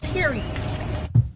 Period